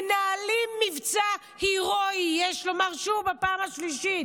מנהלים מבצע הירואי, יש לומר שוב בפעם השלישית,